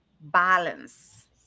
balance